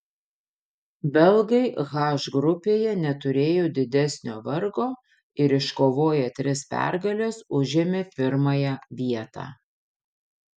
belgai h grupėje neturėjo didesnio vargo ir iškovoję tris pergales užėmė pirmąją vietą